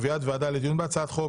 קביעת ועדה לדיון בהצעת חוק,